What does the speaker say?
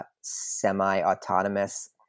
semi-autonomous